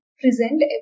present